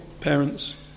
parents